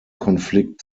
konflikt